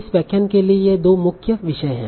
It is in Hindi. इस व्याख्यान के लिए ये दो मुख्य विषय हैं